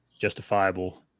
justifiable